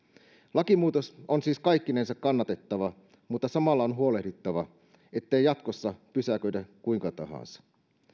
lakimuutos on siis kaikkinensa kannatettava mutta samalla on huolehdittava ettei jatkossa pysäköidä kuinka tahansa